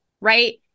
right